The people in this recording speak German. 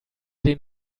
den